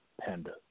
panda